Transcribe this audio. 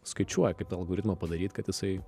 skaičiuoja kaip tą algoritmą padaryt kad jisai